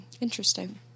Interesting